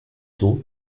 tôt